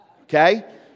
okay